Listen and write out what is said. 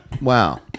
Wow